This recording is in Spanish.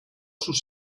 sus